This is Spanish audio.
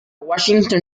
washington